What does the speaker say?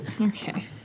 Okay